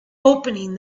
opening